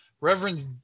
Reverend –